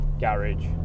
garage